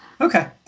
Okay